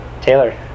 Taylor